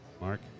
Mark